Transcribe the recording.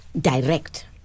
direct